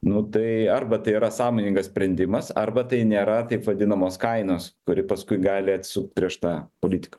nu tai arba tai yra sąmoningas sprendimas arba tai nėra taip vadinamos kainos kuri paskui gali atsisukt prieš tą politiką